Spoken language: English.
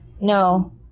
no